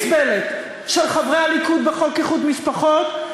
ואלמלא ההתנהלות הבלתי-נסבלת של חברי הליכוד בחוק איחוד משפחות,